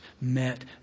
met